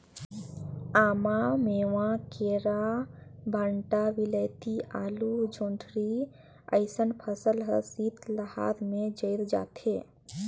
आमा, मेवां, केरा, भंटा, वियलती, आलु, जोढंरी अइसन फसल हर शीतलहार में जइर जाथे